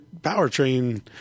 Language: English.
powertrain